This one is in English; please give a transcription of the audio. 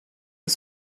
had